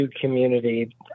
community